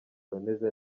bemeze